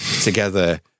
together